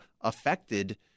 affected